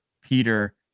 Peter